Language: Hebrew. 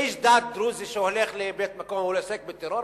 איש דת דרוזי שהולך למקום, הוא עוסק בטרור?